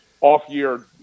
off-year